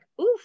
oof